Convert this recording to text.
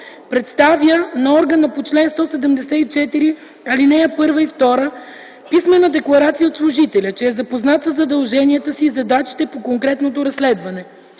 представя на органа по чл. 174, ал. 1 и 2, писмена декларация от служителя, че е запознат със задълженията си и задачите по конкретното разследване.